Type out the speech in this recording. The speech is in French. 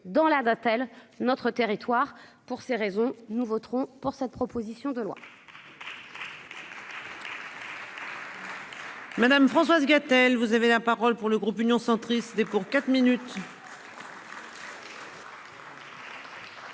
dans la va-t-elle notre territoire pour ces raisons, nous voterons pour cette proposition de loi.